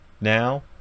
now